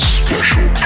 special